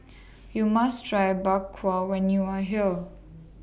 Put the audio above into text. YOU must Try Bak Kwa when YOU Are here